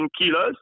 kilos